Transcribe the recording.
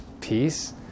peace